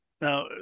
Now